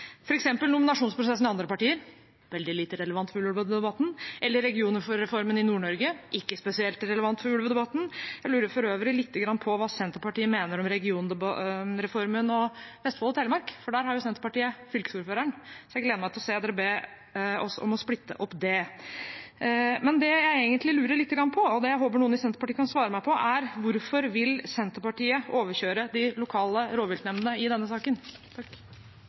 snakker om noe annet enn det som er saken, og så angriper han det – en klassisk måte å drive Senterparti-politikk på. For eksempel er nominasjonsprosessen i andre partier veldig lite relevant for ulvedebatten. Heller ikke regionreformen i Nord-Norge er spesielt relevant for ulvedebatten. Jeg lurer for øvrig lite grann på hva Senterpartiet mener om regionreformen og Vestfold og Telemark. Der har Senterpartiet fylkesordføreren, så jeg gleder meg til å se dem be oss splitte opp det. Det jeg også lurer lite grann på, og som jeg håper noen i Senterpartiet kan svare meg på, er: Hvorfor vil Senterpartiet overkjøre de lokale